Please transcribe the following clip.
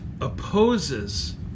opposes